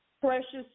precious